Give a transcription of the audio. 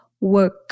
work